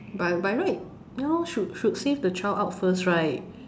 by by right ya lor should should save the child out first right